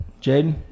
Jaden